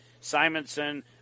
Simonson